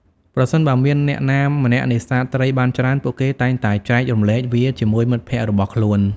ប្រសិនបើមានអ្នកណាម្នាក់នេសាទត្រីបានច្រើន ពួកគេតែងតែចែករំលែកវាជាមួយមិត្តភក្តិរបស់ខ្លួន។